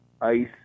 Ice